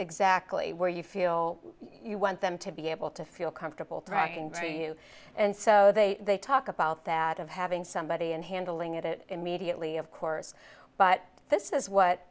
exactly where you feel you want them to be able to feel comfortable dragging to you and so they they talk about that of having somebody and handling it immediately of course but this is what